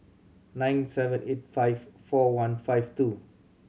nine seven eight five four one five two